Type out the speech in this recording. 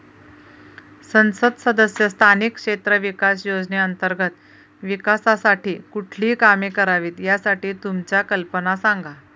संसद सदस्य स्थानिक क्षेत्र विकास योजने अंतर्गत विकासासाठी कुठली कामे करावीत, यासाठी तुमच्या कल्पना सांगा